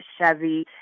Chevy